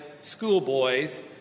schoolboys